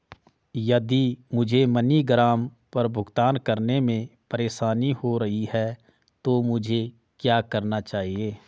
यदि मुझे मनीग्राम पर भुगतान करने में परेशानी हो रही है तो मुझे क्या करना चाहिए?